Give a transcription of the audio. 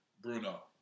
Bruno